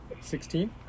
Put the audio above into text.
Sixteen